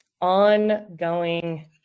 ongoing